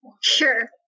Sure